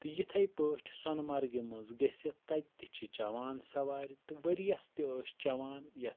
تہٕ یِتھٔے پٲٹھۍ سۄنہٕ مرگہِ مَنٛز گٔژھِتھ تتہِ تہِ چھِ چیٚوان سَوارِ تہٕ ؤرۍ یس تہِ ٲسۍ چیٚوان یتھ